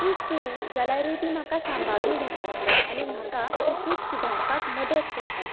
चूक केल्ली जाल्यारय तीं म्हाका सांबाळून घेतात आनी म्हाका ती चूक सुधारपाक मदत करतात